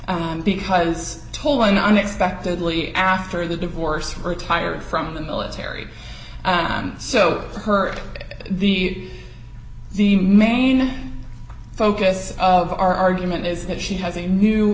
on because tolan unexpectedly after the divorce retired from the military and so her the the main focus of our argument is that she has a new